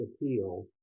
appeal